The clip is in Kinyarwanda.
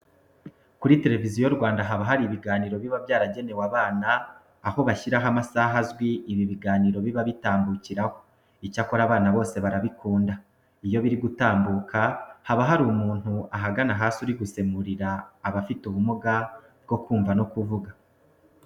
Kuri Televiziyo Rwanda haba hari ibiganiro biba byaragenewe abana, aho bashyiraho amasaha azwi ibi biganiro biba bitambukiraho. Icyakora abana bose barabikunda. Iyo biri gutambuka haba hari umuntu ahagana hasi uri gusemurira abantu bafite ubumuga bwo kumva no kuvuga.